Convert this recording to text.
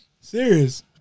Serious